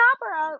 Opera